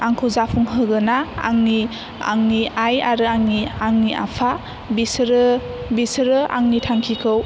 आंखौ जाफुंहोगोना आंनि आंनि आइ आरो आंनि आंनि आफा बिसोरो बिसोरो आंनि थांखिखौ